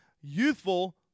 youthful